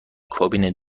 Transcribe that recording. کابین